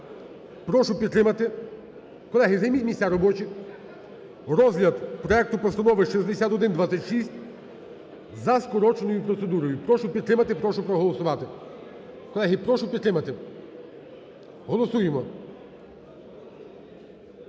прошу підтримати, колеги, займіть місця робочі, розгляд проекту Постанови 6126 за скороченою процедурою. Прошу підтримати, прошу проголосувати. Колеги, прошу підтримати, голосуємо,